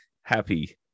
Happy